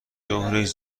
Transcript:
ظهرش